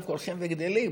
דווקא הולכים וגדלים,